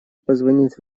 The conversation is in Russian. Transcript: позвонить